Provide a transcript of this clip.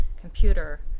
computer